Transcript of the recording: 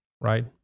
right